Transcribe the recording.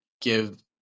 give